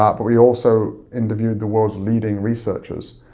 ah but we also interviewed the world's leading researchers.